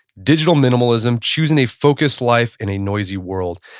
digital minimalism choosing a focused life in a noisy world.